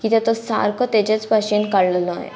किद्या तो सारको तेजेच भाशेन काडलो न्हय